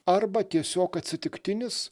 arba tiesiog atsitiktinis